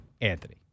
Anthony